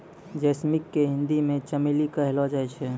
jasmine के हिंदी मे चमेली कहलो जाय छै